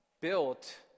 built